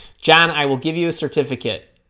john i will give you a certificate